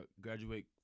graduate